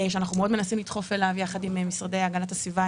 שאנחנו מנסים מאוד לדחוף אליו ביחד עם המשרד להגנת הסביבה,